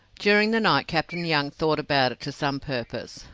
during the night captain young thought about it to some purpose.